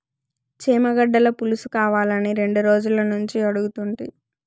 చేమగడ్డల పులుసుకావాలని రెండు రోజులనుంచి అడుగుతుంటి